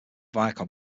viacom